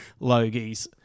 Logies